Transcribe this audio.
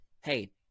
hey